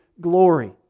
glory